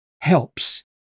helps